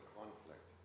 conflict